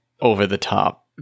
over-the-top